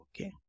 okay